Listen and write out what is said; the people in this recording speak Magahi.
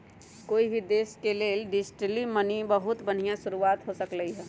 कोई भी देश के लेल डिजिटल मनी बहुत बनिहा शुरुआत हो सकलई ह